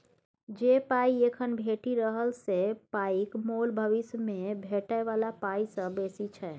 जे पाइ एखन भेटि रहल से पाइक मोल भबिस मे भेटै बला पाइ सँ बेसी छै